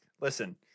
Listen